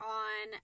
on